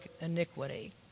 iniquity